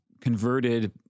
converted